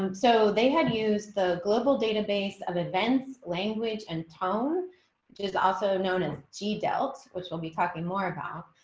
um so they had used the global database of events language and tone just, also known as she dealt, which we'll be talking more about